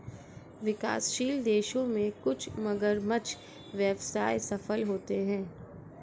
विकासशील देशों में कुछ मगरमच्छ व्यवसाय सफल होते हैं